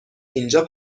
اینجا